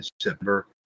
September